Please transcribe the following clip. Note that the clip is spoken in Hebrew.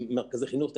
מרכזי חינוך טכנולוגיים.